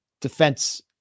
Defense